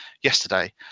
yesterday